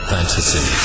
Fantasy